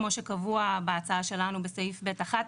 כמו שקבוע בהצעה שלנו בסעיף ב' (11)